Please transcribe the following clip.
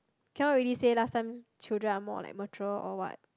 cannot really say last time children are more like mature or what